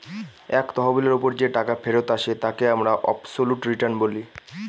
এক তহবিলের ওপর যে টাকা ফেরত আসে তাকে আমরা অবসোলুট রিটার্ন বলি